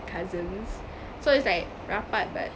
cousins so it's like rapat but